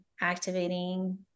activating